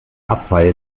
abfall